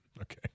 Okay